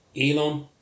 Elon